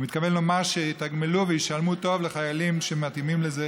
מתכוון לומר שיתגמלו וישלמו טוב לחיילים שמתאימים לזה,